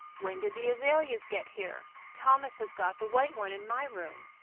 when did the azaleas get here? thomas has got the white one in my room.